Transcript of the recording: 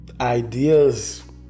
ideas